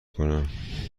کنم